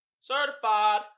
Certified